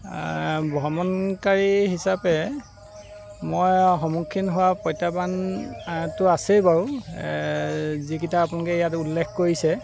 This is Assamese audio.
ভ্ৰমণকাৰী হিচাপে মই সন্মুখীন হোৱা প্ৰত্যাহ্বানতো আছেই বাৰু এই যিকেইটা আপোনালোকে ইয়াত উল্লেখ কৰিছে